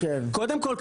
קודם כול,